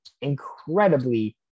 incredibly